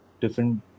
different